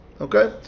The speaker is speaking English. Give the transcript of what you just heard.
Okay